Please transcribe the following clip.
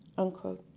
unquote.